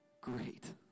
great